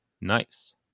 Nice